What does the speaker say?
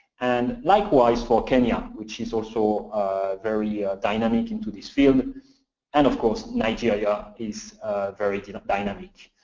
and likewise for kenya, which is also very dynamic into this field, and of course nigeria is very you know dynamic.